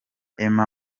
emu